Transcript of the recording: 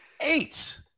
Eight